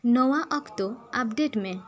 ᱱᱚᱶᱟ ᱚᱠᱛᱚ ᱟᱯᱰᱮᱴ ᱢᱮ